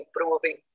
improving